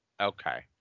okay